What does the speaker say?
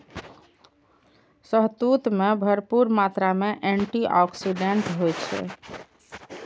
शहतूत मे भरपूर मात्रा मे एंटी आक्सीडेंट होइ छै